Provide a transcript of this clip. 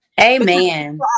Amen